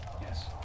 Yes